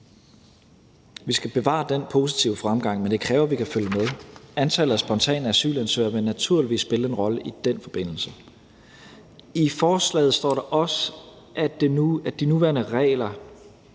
Vi skal bevare den positive fremgang, men det kræver, at vi kan følge med. Antallet af spontane asylansøgere vil naturligvis spille en rolle i den forbindelse. Kl. 12:59 I forslaget står der også, at de nuværende regler